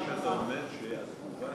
מה שאתה אומר, שהתגובה